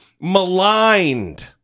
maligned